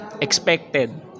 expected